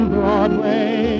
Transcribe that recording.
Broadway